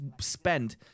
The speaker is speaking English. spend